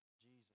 Jesus